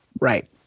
Right